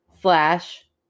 slash